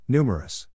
Numerous